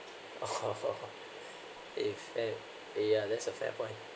if they eh ya that's a fair point